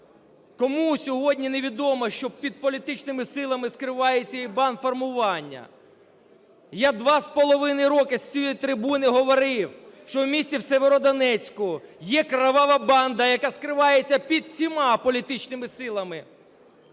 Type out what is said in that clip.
Кому сьогодні невідомо, що під політичними силами скриваються і банд-формування? Я 2,5 роки з цієї трибуни говорив, що в місті Сєвєродонецьку є кривава банда, яка скривається під усіма політичними силами.